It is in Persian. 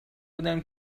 بودم